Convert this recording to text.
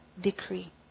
decree